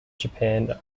japan